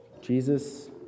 Jesus